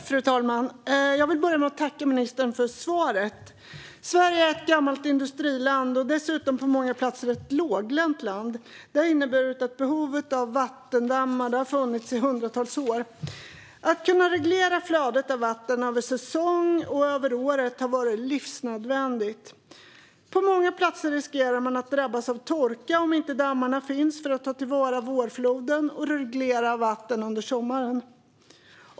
Fru talman! Jag vill börja med att tacka ministern för svaret. Sverige är ett gammalt industriland och dessutom ett på många platser låglänt land. Det har inneburit att behovet av vattendammar har funnits i hundratals år. Att kunna reglera flödet av vatten över säsong och över året har varit livsnödvändigt. På många platser riskerar man att drabbas av torka om inte dammar finns för att ta till vara vårfloden och reglera ut vattnet under sommaren.